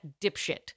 dipshit